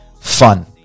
fun